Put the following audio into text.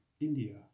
India